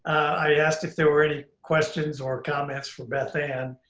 i asked if there were any questions or comments for beth ann.